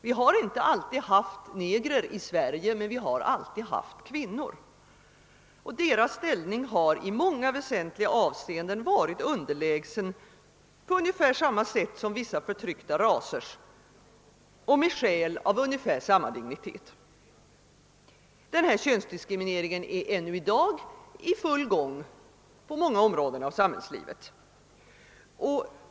Vi har inte alltid haft negrer i Sverige, men vi har alltid haft kvinnor, och deras ställning har i många väsentliga avseenden varit underlägsen på ungefär samma sätt som vissa förtryckta rasers och med skäl av ungefär samma dignitet. Denna könsdiskriminering är ännu i dag i full gång på många områden av samhällslivet.